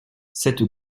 cette